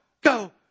go